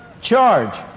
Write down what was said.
charge